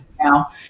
Now